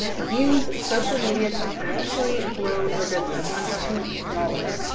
use social media to actually grow their business. i'm talking dollars.